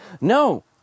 No